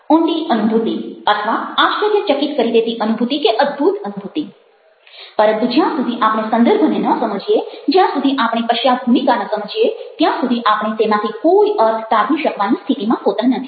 ઊંડી અનુભૂતિ અથવા આશ્ચર્યચકિત કરી દેતી અનુભૂતિ કે અદ્ભુત અનુભૂતિ પરંતુ જ્યાં સુધી આપણે સંદર્ભને ન સમજીએ જ્યાં સુધી આપણે પશ્ચાદભૂમિકા ન સમજીએ ત્યાં સુધી આપણે તેમાંથી કોઈ અર્થ તારવી શકવાની સ્થિતિમાં હોતા નથી